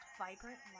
vibrant